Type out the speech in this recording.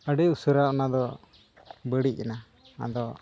ᱟᱹᱰᱤ ᱩᱥᱟᱹᱨᱟ ᱚᱱᱟ ᱫᱚ ᱵᱟᱹᱲᱤᱡ ᱮᱱᱟ ᱟᱫᱚ